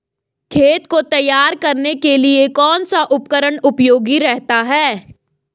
खेत को तैयार करने के लिए कौन सा उपकरण उपयोगी रहता है?